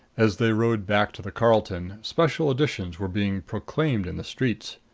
as they rode back to the carlton, special editions were being proclaimed in the streets.